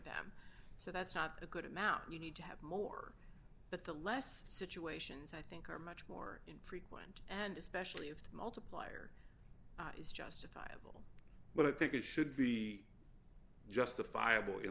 them so that's not a good amount you need to have more but the less situations i think are much more in frequent and especially if the multiplier is justifiable but i think it should be justifiable